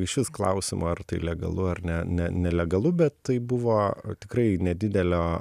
išvis klausimo ar tai legalu ar ne ne nelegalu bet tai buvo tikrai nedidelio